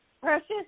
Precious